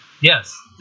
yes